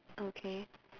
okay